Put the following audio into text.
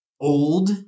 old